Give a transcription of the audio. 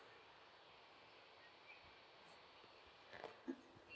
and